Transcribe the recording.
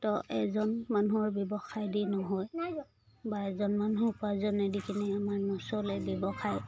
ত' এজন মানুহৰ ব্যৱসায় দি নহয় বা এজন মানুহ উপাৰ্জনে দি কিনে আমাৰ নচলে ব্যৱসায়